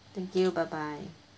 thank you bye bye